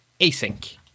async